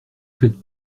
faites